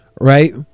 right